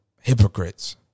hypocrites